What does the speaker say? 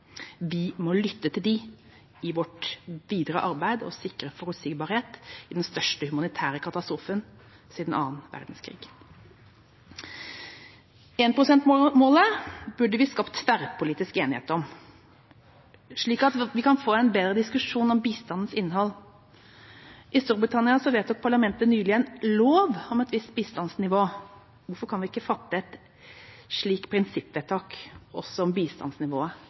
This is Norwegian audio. Vi må lytte til dem i vårt arbeid og sikre forutsigbarhet i den største humanitære katastrofen siden annen verdenskrig. 1 pst.-målet burde vi skapt tverrpolitisk enighet om, slik at vi kan få en bedre diskusjon om bistandens innhold. I Storbritannia vedtok parlamentet nylig en lov om et visst bistandsnivå. Hvorfor kan vi ikke fatte et slikt prinsippvedtak om bistandsnivået